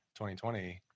2020